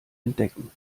entdecken